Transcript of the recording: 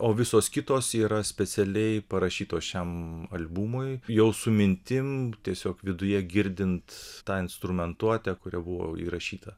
o visos kitos yra specialiai parašytos šiam albumui jau su mintim tiesiog viduje girdint tą instrumentuotę kuri buvo įrašyta